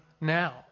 now